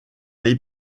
les